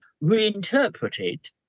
reinterpreted